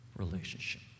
relationship